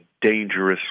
dangerous